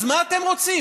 אז מה אתם רוצים?